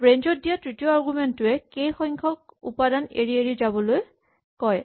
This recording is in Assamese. ৰেঞ্জ ত দিয়া তৃতীয় আৰগুমেন্ট টোৱে কে সংখ্যক উপাদান এৰি এৰি যাবলৈ কয়